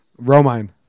Romine